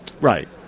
Right